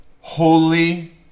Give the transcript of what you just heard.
holy